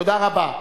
תודה רבה.